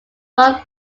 from